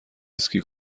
اسکی